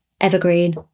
evergreen